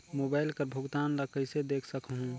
Mobile कर भुगतान ला कइसे देख सकहुं?